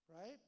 right